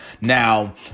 Now